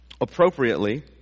appropriately